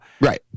Right